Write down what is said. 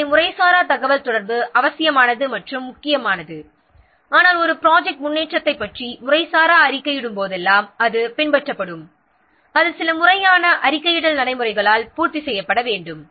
எனவே முறைசாரா தகவல்தொடர்பு அவசியமானது மற்றும் முக்கியமானது ஆனால் ஒரு ப்ராஜெக்ட் முன்னேற்றத்தைப் பற்றி முறைசாரா அறிக்கையிடும் போதெல்லாம் அது பின்பற்றப்படும் அது சில முறையான அறிக்கையிடல் நடைமுறைகளால் பூர்த்தி செய்யப்பட வேண்டும்